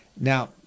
Now